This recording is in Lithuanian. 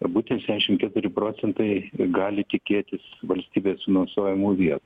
būtent šešiasdešimt keturi procentai gali tikėtis valstybės finansuojamų vietų